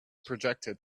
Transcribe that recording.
projected